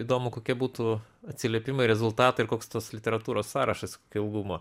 įdomu kokie būtų atsiliepimai rezultatai ir koks tos literatūros sąrašas ilgumo